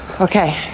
Okay